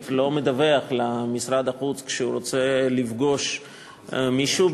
לא מדווח למשרד החוץ כשהוא רוצה לפגוש מישהו,